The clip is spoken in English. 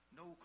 no